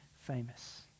famous